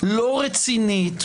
לא רצינית,